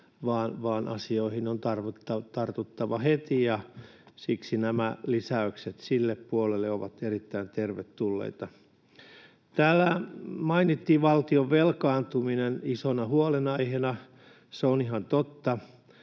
vaan asioihin on tartuttava heti, ja siksi nämä lisäykset sille puolelle ovat erittäin tervetulleita. Täällä mainittiin valtion velkaantuminen isona huolenaiheena. Se on ihan totta: